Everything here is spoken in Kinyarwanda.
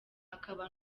akaba